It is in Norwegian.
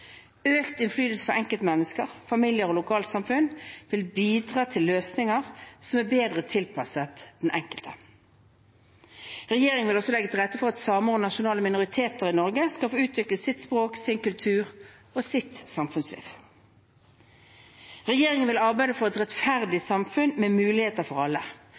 Økt innflytelse for enkeltmennesker, familier og lokalsamfunn vil bidra til løsninger som er bedre tilpasset den enkelte. Regjeringen vil også legge til rette for at samer og nasjonale minoriteter i Norge skal få utvikle sitt språk, sin kultur og sitt samfunnsliv. Regjeringen vil arbeide for et rettferdig samfunn med muligheter for alle